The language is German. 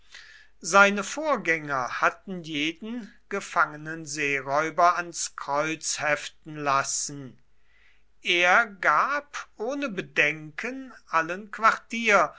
seine vorgänger hatten jeden gefangenen seeräuber ans kreuz heften lassen er gab ohne bedenken allen quartier